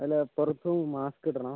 അല്ല പുറത്ത് മാസ്ക് ഇടണം